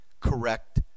correct